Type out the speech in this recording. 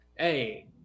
Hey